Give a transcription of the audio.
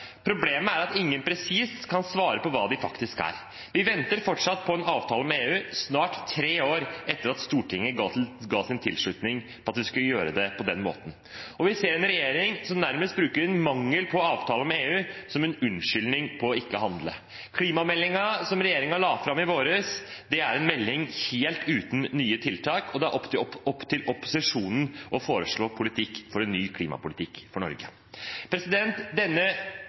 Problemet er at ingen kan svare presist på hva de faktisk er. Vi venter fortsatt på en avtale med EU, snart tre år etter at Stortinget ga sin tilslutning til at vi skulle gjøre det på den måten. Vi ser en regjering som nærmest bruker en mangel på avtale med EU som unnskyldning for ikke å handle. Klimameldingen som regjeringen la fram i vår, er en melding helt uten nye tiltak, og det er opp til opposisjonen å foreslå en ny klimapolitikk for Norge.